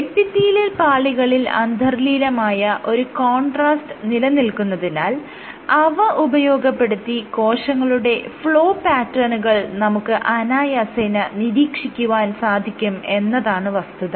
epithelial പാളികളിൽ അന്തർലീനമായ ഒരു കോൺട്രാസ്റ് നിലനിൽക്കുന്നതിനാൽ അവ ഉപയോഗപ്പെടുത്തി കോശങ്ങളുടെ ഫ്ലോ പാറ്റേണുകൾ നമുക്ക് അനായാസേന നിരീക്ഷിക്കുവാൻ സാധിക്കും എന്നതാണ് വസ്തുത